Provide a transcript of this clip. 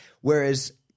Whereas